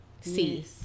see